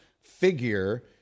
figure